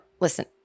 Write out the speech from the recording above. listen